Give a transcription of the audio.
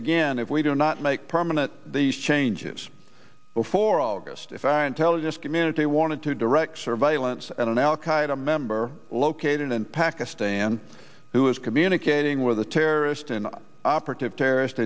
again if we do not make permanent these changes before august if i intelligence community wanted to direct surveillance and an al qaeda member located in pakistan who is communicating with a terrorist an operative terrorist